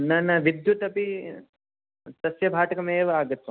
न न विद्युदपि तस्य भाटकमेव आगतवान्